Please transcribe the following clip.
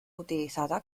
utilizada